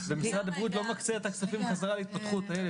ומשרד הבריאות לא מחזיר את הכספים בחזרה להתפתחות הילד,